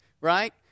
right